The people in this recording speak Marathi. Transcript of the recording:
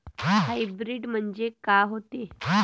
हाइब्रीड म्हनजे का होते?